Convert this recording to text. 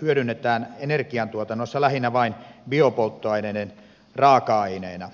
hyödynnetään energiantuotannossa lähinnä vain biopolttoaineiden raaka aineena